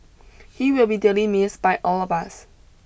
he will be dearly missed by all of us